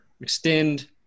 extend